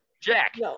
Jack